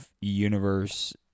universe